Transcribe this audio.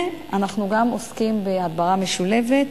אנחנו גם עוסקים בהדברה משולבת,